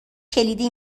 کلیدی